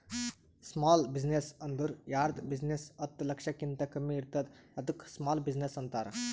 small business ಅಂದುರ್ ಯಾರ್ದ್ business ಹತ್ತ ಲಕ್ಷಕಿಂತಾ ಕಮ್ಮಿ ಇರ್ತುದ್ ಅದ್ದುಕ ಸ್ಮಾಲ್ ಬಿಜಿನೆಸ್ ಅಂತಾರ